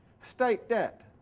state debt.